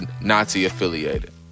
Nazi-affiliated